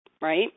right